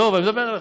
דב, אני מדבר אליך.